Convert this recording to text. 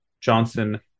Johnson